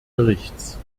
berichts